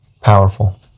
Powerful